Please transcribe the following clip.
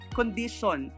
condition